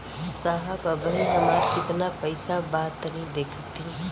साहब अबहीं हमार कितना पइसा बा तनि देखति?